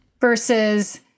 versus